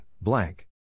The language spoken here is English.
blank